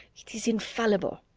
it is infallible!